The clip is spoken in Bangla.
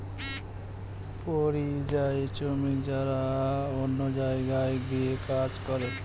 পরিযায়ী শ্রমিক যারা অন্য জায়গায় গিয়ে কাজ করে